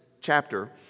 chapter